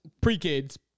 Pre-kids